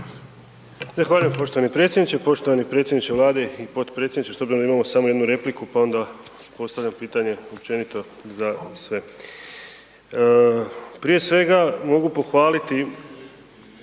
poštovani predsjedniče. Poštovani predsjedniče Vlade i potpredsjedniče s obzirom da imamo samo jednu repliku pa onda postavljam pitanje općenito za sve. Prije svega mogu pohvaliti